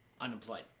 unemployed